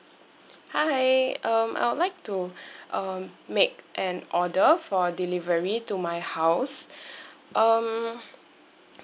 hi um I would like to uh make an order for delivery to my house um